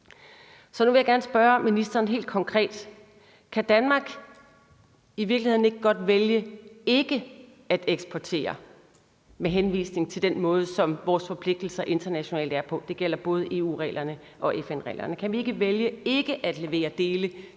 Så nu vil jeg gerne spørge ministeren helt konkret: Kan Danmark i virkeligheden ikke godt vælge ikke at eksportere med henvisning til den måde, som vores forpligtelser internationalt er på? Det gælder både EU-reglerne og FN-reglerne. Kan vi ikke vælge ikke at levere dele